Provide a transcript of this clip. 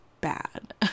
bad